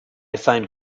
find